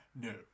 No